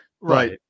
Right